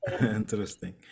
interesting